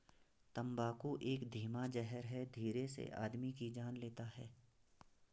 तम्बाकू एक धीमा जहर है धीरे से आदमी की जान लेता है